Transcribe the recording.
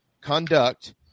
conduct